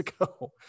ago